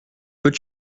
peux